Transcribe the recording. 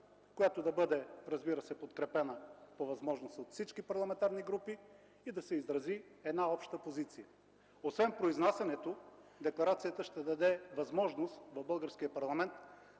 която да бъде подкрепена по възможност от всички парламентарни групи и да се изрази обща позиция. Освен произнасянето, декларацията ще даде възможност в българския парламент